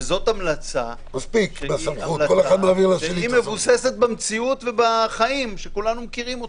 וזאת המלצה שהיא מבוססת במציאות ובחיים שכולנו מכירים.